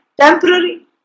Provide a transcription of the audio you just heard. Temporary